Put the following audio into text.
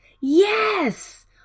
Yes